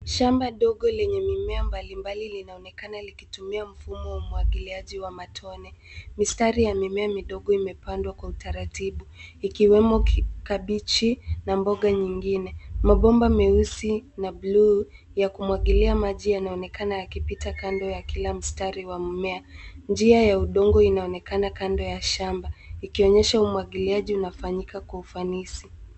Shamba ndogo lenye mimea mbalimbali linaonekana likitumia mfumo wa umwagiliaji wa matone. Mistari ya mimea midogo imepandwa kwa utaratibu ikiwemo kabichi na mboga nyingine. Mabomba meusi na blue ya kumwagilia maji yanaonekana yakipita kando ya kila mistari wa mmea. Njia ya udongo inaonekana kando ya shamba, ikionyesha umwagiliaji unafanyika kwa ufanisi.